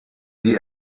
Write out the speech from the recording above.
die